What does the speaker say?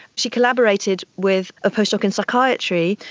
she collaborated with a post doc in psychiatry,